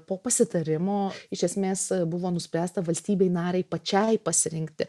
po pasitarimo iš esmės buvo nuspręsta valstybei narei pačiai pasirinkti